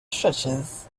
stretches